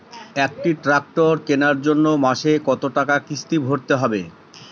একটি ট্র্যাক্টর কেনার জন্য মাসে কত টাকা কিস্তি ভরতে হবে?